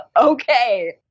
okay